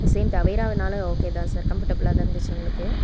same தவேரானாலும் okay sir கம்ஃபடபுலாக தான் இருந்துச்சு எங்களுக்கு